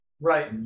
Right